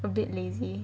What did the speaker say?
a bit lazy